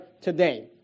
today